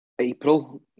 April